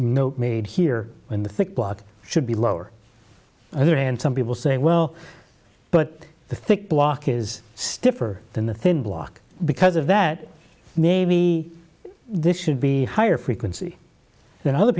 note made here in the thick block should be lower the other hand some people say well but the thick block is stiffer than the thin block because of that maybe this should be higher frequency than other